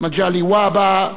מגלי והבה,